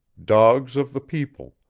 dogs of the people,